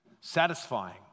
satisfying